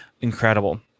incredible